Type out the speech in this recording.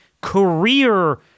career